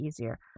easier